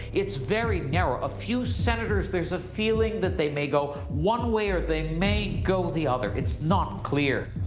it's very narrow. a few senators there's a feeling that they may go one way or they may go the other. it's not clear.